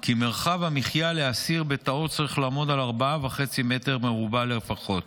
כי מרחב המחיה לאסיר בתאו צריך לעמוד על 4.5 מ"ר לפחות.